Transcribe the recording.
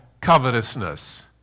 covetousness